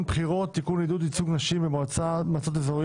בחירות) (תיקון עידוד ייצוג נשים במועצה אזורית),